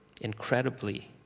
incredibly